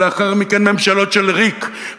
ולאחר מכן ממשלות של ריק,